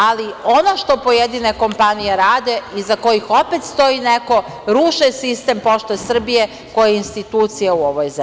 Ali ono što pojedine kompanije rade iza kojih opet stoji neko, ruše sistem „Pošte Srbije“ koji je institucija u ovoj zemlji.